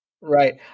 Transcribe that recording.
Right